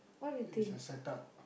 is a set up